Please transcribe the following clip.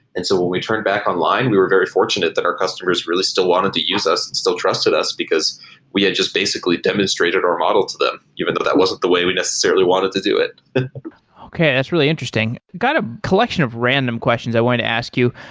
and so when we turned back online, we were very fortunate that our customers really still wanted to use us, and still trusted us because we had just basically demonstrated our model to them, even though that wasn't the way we necessarily wanted to do it okay. that's really interesting. i got a collection of random questions i wanted to ask you.